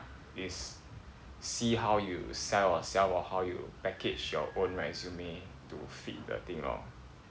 it's see how you sell yourself or how you package your own resume to fit the thing lor